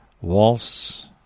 Waltz